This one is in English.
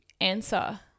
answer